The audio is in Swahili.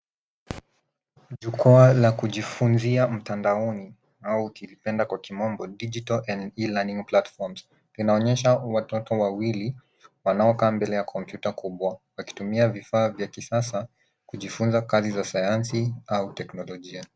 Jukwaa la kujifunzia mtandaoni au ukipenda kwa kimombo digital and e-learning platforms . Inaonyesha watoto wawili wanaokaa mbele ya kompyuta kubwa wakitumia vifaa vya kisasa kujifunza kazi za sayansi au teknolojia.